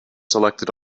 selected